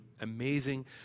amazing